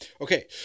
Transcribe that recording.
okay